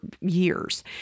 years